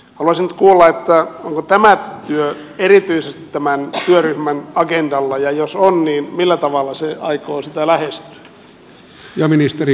haluaisin nyt kuulla onko tämä työ erityisesti tämän työryhmän agendalla ja jos on niin millä tavalla se aikoo sitä lähestyä